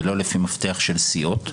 ולא לפי מפתח של סיעות.